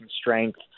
strength